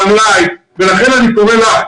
למלאי ולכן אני קורא לך,